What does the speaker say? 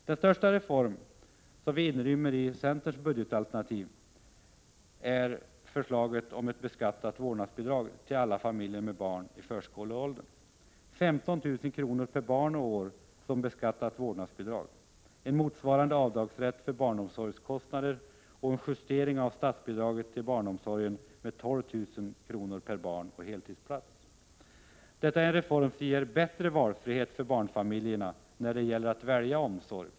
Den största reform som vi i centern inrymmer i vårt budgetalternativ är förslaget om beskattat vårdnadsbidrag till alla familjer med barn i förskoleåldern. Förslaget innebär 15 000 kr. per år och barn som beskattat vårdnadsbidrag, en motsvarande avdragsrätt för barnomsorgskostnader och en justering av statsbidraget till barnomsorgen med 12 000 kr. per barn och heltidsplats. Detta är en reform som ger bättre valfrihet för barnfamiljerna när det gäller att välja omsorg.